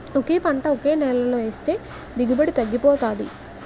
ఒకే పంట ఒకే నేలలో ఏస్తే దిగుబడి తగ్గిపోతాది